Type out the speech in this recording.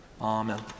amen